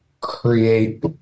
create